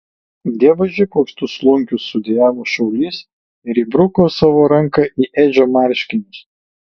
dievaži koks tu slunkius sudejavo šaulys ir įbruko savo ranką į edžio marškinius